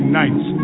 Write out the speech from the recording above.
nights